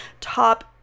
top